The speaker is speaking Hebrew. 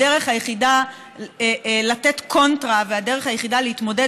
הדרך היחידה לתת קונטרה והדרך היחידה להתמודד